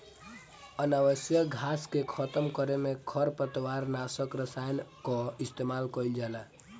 अनावश्यक घास के खतम करे में खरपतवार नाशक रसायन कअ इस्तेमाल कइल जाला